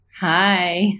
Hi